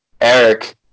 Eric